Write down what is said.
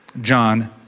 John